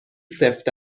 سفت